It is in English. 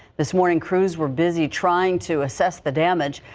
this morning crews were busy trying to assess the damage.